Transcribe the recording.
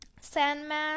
Sandman